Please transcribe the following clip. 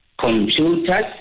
computers